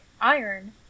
iron